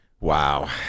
Wow